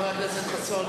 חבר הכנסת חסון,